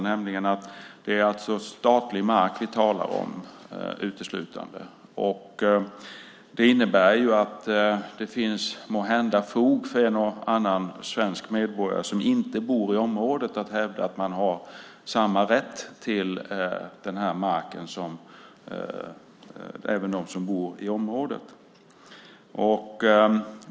Det är ju statlig mark vi talar om, och det innebär att det måhända finns fog för en del svenska medborgare som inte bor i området att hävda att man har samma rätt till marken som de som bor i området.